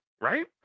right